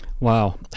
Wow